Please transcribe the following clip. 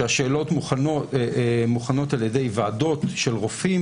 השאלות מוכנות על ידי ועדות של רופאים